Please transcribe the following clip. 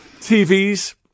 TVs